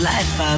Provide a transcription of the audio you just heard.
Life